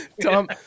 Tom